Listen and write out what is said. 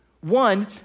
One